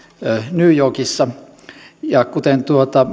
new yorkissa ja kuten